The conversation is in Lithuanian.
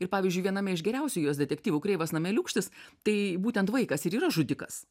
ir pavyzdžiui viename iš geriausių jos detektyvų kreivas nameliūkštis tai būtent vaikas ir yra žudikas